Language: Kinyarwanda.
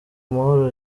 amahoro